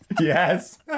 Yes